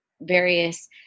various